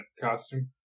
costume